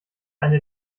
eine